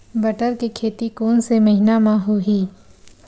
बटर के खेती कोन से महिना म होही?